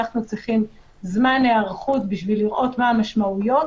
אנחנו צריכים זמן היערכות בשביל לראות מה המשמעויות